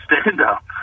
stand-up